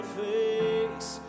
face